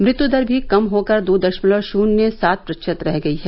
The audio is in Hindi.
मृत्यु दर भी कम होकर दो दशमलव शून्य सात प्रतिशत रह गई है